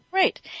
Right